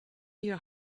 your